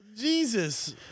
Jesus